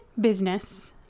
business